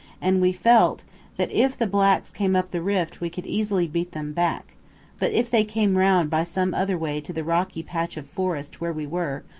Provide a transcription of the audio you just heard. and we felt that if the blacks came up the rift we could easily beat them back but if they came round by some other way to the rocky patch of forest where we were,